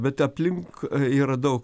bet aplink yra daug